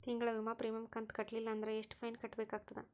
ತಿಂಗಳ ವಿಮಾ ಪ್ರೀಮಿಯಂ ಕಂತ ಕಟ್ಟಲಿಲ್ಲ ಅಂದ್ರ ಎಷ್ಟ ಫೈನ ಕಟ್ಟಬೇಕಾಗತದ?